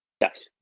Yes